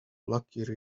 luckier